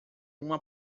uma